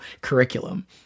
curriculum